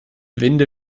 winde